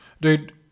Dude